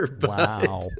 Wow